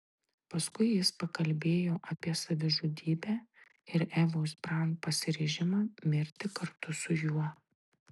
paskui jis pakalbėjo apie savižudybę ir evos braun pasiryžimą mirti kartu su juo